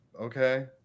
okay